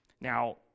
Now